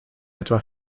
etwa